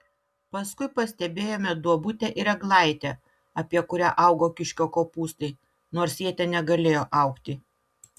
paskui pastebėjome duobutę ir eglaitę apie kurią augo kiškio kopūstai nors jie ten negalėjo augti